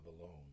alone